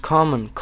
Common